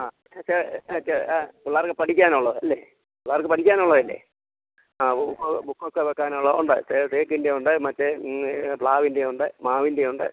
ആ പിള്ളേർക്ക് പഠിക്കാനുള്ളത് അല്ലേ പിള്ളേർക്ക് പഠിക്കാനുള്ളതല്ലേ ആ ബു ബുക്കൊക്കെ വെക്കാനുള്ളത് ഉണ്ട് തേക്കിൻ്റെ ഉണ്ട് മറ്റേ പ്ലാവിൻ്റെ ഉണ്ട് മാവിൻ്റെ ഉണ്ട്